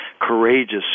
courageous